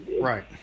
right